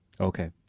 Okay